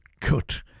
cut